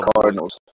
Cardinals